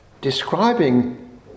describing